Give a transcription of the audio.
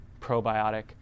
probiotic